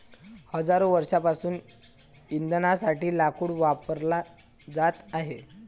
हजारो वर्षांपासून इंधनासाठी लाकूड वापरला जात आहे